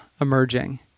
emerging